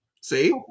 See